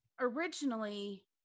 originally